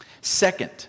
Second